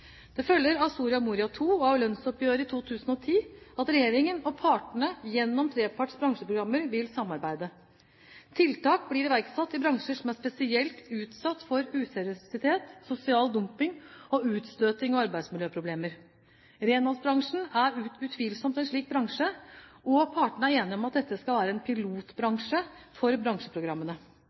Det følger av Soria Moria II og av lønnsoppgjøret i 2010 at regjeringen og partene gjennom treparts bransjeprogrammer vil samarbeide. Tiltak blir iverksatt i bransjer som er spesielt utsatt for useriøsitet, sosial dumping og utstøtings- og arbeidsmiljøproblemer. Renholdsbransjen er utvilsomt en slik bransje, og partene er enige om at dette skal være en pilotbransje for bransjeprogrammene.